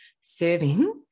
serving